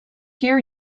hear